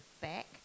back